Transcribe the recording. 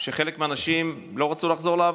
שחלק מהאנשים לא רצו לחזור לעבוד,